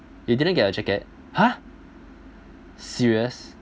you didn't get a jacket !huh! serious